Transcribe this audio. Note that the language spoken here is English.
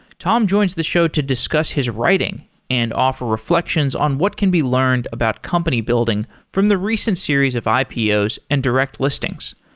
tom joins the show to discuss his writing and offer reflections on what can be learned about company building from the recent series of ipos and direct listings.